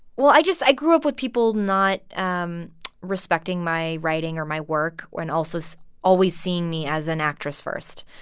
well, i just i grew up with people not um respecting my writing or my work and also so always seeing me as an actress first,